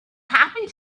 happy